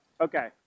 Okay